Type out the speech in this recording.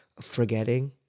forgetting